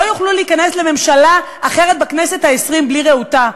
תוכל להיכנס לממשלה אחרת בכנסת העשרים בלי רעותה.